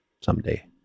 someday